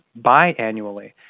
biannually